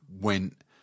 went